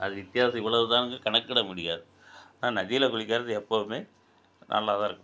அது வித்தியாசம் இவ்வளோதானு கணக்கிட முடியாது ஆனால் நதியில் குளிக்கிறது எப்பவுமே நல்லாதான் இருக்கும்